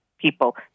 people